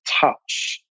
touch